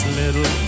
little